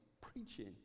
preaching